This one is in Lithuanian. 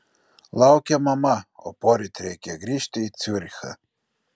laukia mama o poryt reikia grįžti į ciurichą